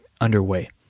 underway